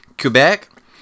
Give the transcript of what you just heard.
Quebec